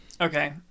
Okay